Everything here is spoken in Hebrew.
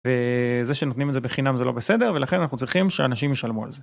וזה שנותנים את זה בחינם זה לא בסדר ולכן אנחנו צריכים שאנשים ישלמו על זה.